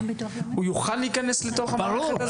הוא יוכל להיכנס לתוך המערכת הזאת?